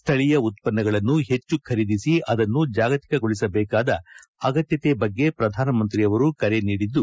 ಸ್ಥಳೀಯ ಉತ್ತನ್ನಗಳನ್ನು ಹೆಚ್ಚು ಖರೀದಿಸಿ ಅದನ್ನು ಜಾಗತಿಕಗೊಳಿಸಬೇಕಾದ ಅಗತ್ಯತೆ ಬಗ್ಗೆ ಪ್ರಧಾನಿ ಅವರು ಕರೆ ನೀಡಿದ್ದು